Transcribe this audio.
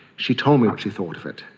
she told me what she thought of it